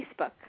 Facebook